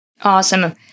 Awesome